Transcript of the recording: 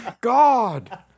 God